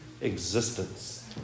existence